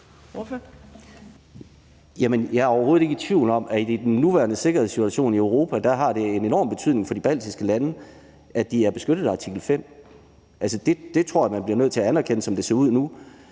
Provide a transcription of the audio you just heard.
jeg er overhovedet ikke i tvivl om, at det i den nuværende sikkerhedssituation i Europa har en enorm betydning for de baltiske lande, at de er beskyttet af artikel 5. Det tror jeg man bliver nødt til at anerkende, som det ser ud nu.